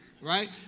Right